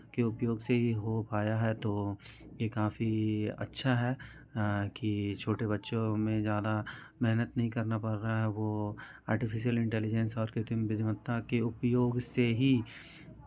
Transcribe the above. के उपयोग से ही हो पाया है तो ये काफी अच्छा है कि छोटे बच्चों में ज़्यादा मेहनत नहीं करना पड़ रहा है वो आर्टिफीशियल इंटेलिजेंस और कृत्रिम बुद्धिमता के उपयोग से ही